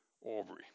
Aubrey